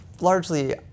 largely